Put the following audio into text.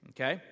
Okay